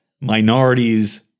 minorities